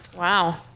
Wow